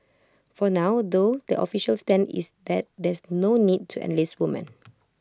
for now though the official stand is that there's no need to enlist woman